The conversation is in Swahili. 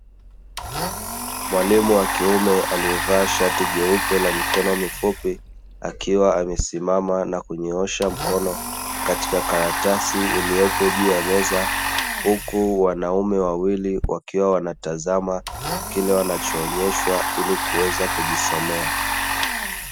Mwalimu wa kiume aliyevaa shati jeupe la mikono mifupi, akiwa amesimama na kunyoosha mkono katika karatasi iliyopo juu ya meza; huku wanaume wawili wakiwa wanatazama kile wanachoonyeshwa ili kuweza kujisomea.